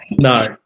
No